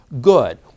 good